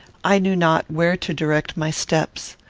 i knew not where to direct my steps.